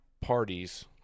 parties